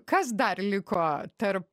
kas dar liko tarp